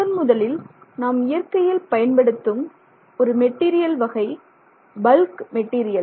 முதல் முதலில் நாம் இயற்கையில் பயன்படுத்தும் ஒரு மெட்டீரியல் வகை பல்க் மெட்டீரியல்